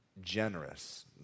generous